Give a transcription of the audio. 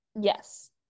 Yes